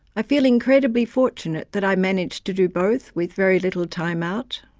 i feel incredibly fortunate that i managed to do both, with very little time out.